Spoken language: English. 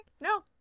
No